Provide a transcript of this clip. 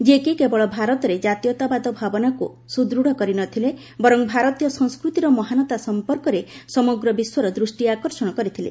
ଯିଏକି କେବଳ ଭାରତରେ ଜାତୀୟତାବାଦ ଭାବନାକୁ ସୁଦୃଢ଼ କରିନଥିଲେ ବର୍ଚ ଭାରତୀୟ ସଂସ୍କୃତିର ମହାନତା ସମ୍ପର୍କରେ ସମଗ୍ର ବିଶ୍ୱର ଦୃଷ୍ଟି ଆକର୍ଷଣ କରିଥିଲେ